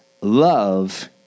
love